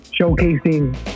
showcasing